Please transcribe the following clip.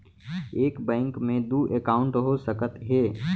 एक बैंक में दू एकाउंट हो सकत हे?